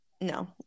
no